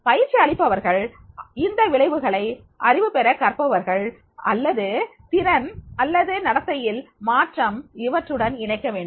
பயிற்சி அளிப்பவர்கள் இந்த விளைவுகளை அறிவு பெற கற்பவர்கள் அல்லது திறன் அல்லது நடத்தையில் மாற்றம் இவற்றுடன் இணைக்க வேண்டும்